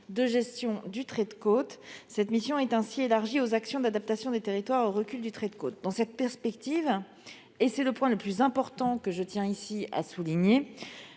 de gestion du trait de côte, cette mission est élargie aux actions d'adaptation des territoires au recul du trait de côte. Dans cette perspective- c'est le point le plus important que je tiens ici à souligner